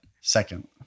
Second